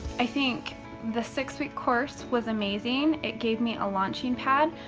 i think the six week course was amazing, it gave me a launching pad.